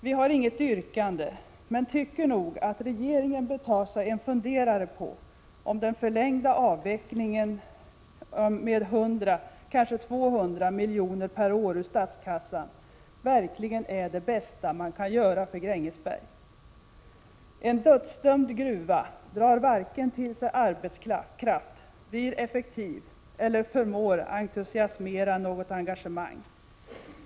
Vi har inget yrkande, men tycker nog att regeringen bör fundera på om den förlängda avvecklingen med 100, kanske 200 miljoner per år ur statskassan, verkligen är det bästa man kan göra för Grängesberg. En dödsdömd gruva drar inte till sig vare sig arbetskraft, blir effektiv eller förmår entusiasmera något engagemang.